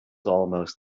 almost